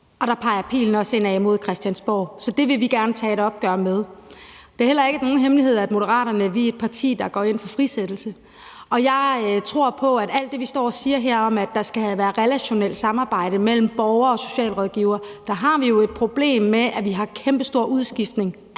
og der peger pilen også indad mod Christiansborg. Så det vil vi gerne tage et opgør med. Det er heller ikke nogen hemmelighed, at Moderaterne er et parti, der går ind for frisættelse, og jeg vil sige noget i forhold til alt det, vi står her og siger om, at der skal være relationelt samarbejde mellem borger og socialrådgiver. Der har vi jo det problem, at vi har en kæmpestor udskiftning